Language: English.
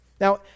Now